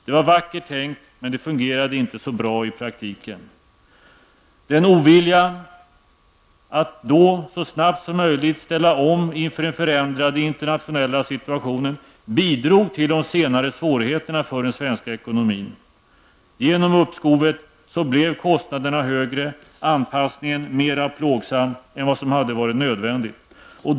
Det var vackert tänkt, men det fungerade inte så bra i praktiken. Denna ovilja att så snabbt som möjligt ställa om inför den förändrade internationella situationen bidrog till de senare svårigheterna för den svenska ekonomin. Genom uppskovet blev kostnaderna högre och anpassningen mera plågsam än vad som hade varit nödvändigt.